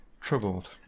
Troubled